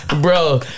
Bro